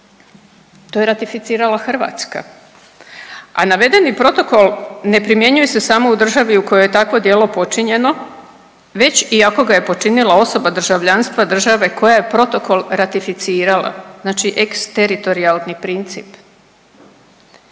To je ratificirala Hrvatska. A navedeni protokol ne primjenjuje se samo u državi u kojoj je takvo djelo počinjeno već i ako ga je počinila osoba državljanstva države koja je protokol ratificirala. Znači eksteritorijalni princip.